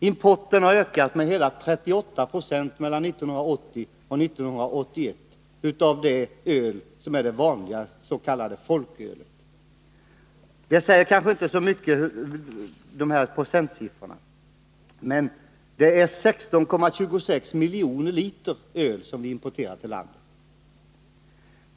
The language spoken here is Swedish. Importen av det vanliga s.k. folkölet har ökat med hela 38 26 mellan 1980 och 1981. Dessa procentsiffror säger kanske inte så mycket. Men det är ändå 16,26 miljoner liter öl som vi importerar.